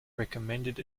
recommended